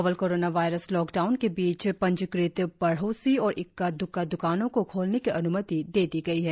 novel coronavirus lockdown के बीच पंजीकृत पड़ोसी और इक्का द्रक्का द्रकानों को खोलने की अन्मति दे दी गई है